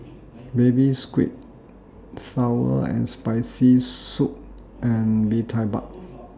Baby Squid Sour and Spicy Soup and Bee Tai Mak